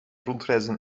rondreizen